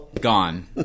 gone